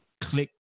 click